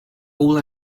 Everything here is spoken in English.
all